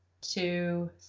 two